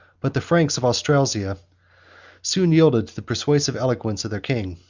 but the franks of austrasia soon yielded to the persuasive eloquence of their king.